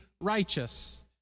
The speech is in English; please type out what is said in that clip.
righteous